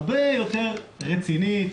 הרבה יותר רציני,